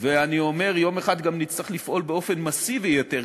ואני אומר שיום אחד נצטרך לפעול גם באופן מסיבי יותר,